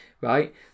right